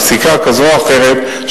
עם פסיקה כזו או אחרת,